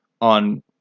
on